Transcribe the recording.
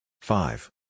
Five